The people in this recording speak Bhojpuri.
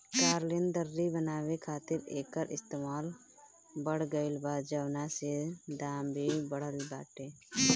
कालीन, दर्री बनावे खातिर एकर इस्तेमाल बढ़ गइल बा, जवना से दाम भी बढ़ल बाटे